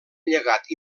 llegat